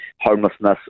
homelessness